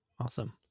Awesome